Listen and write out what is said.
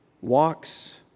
walks